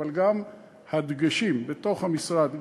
אבל גם הדגשים בתוך המשרד,